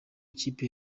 ikipe